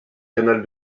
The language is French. canal